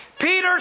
Peter